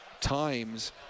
times